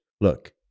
look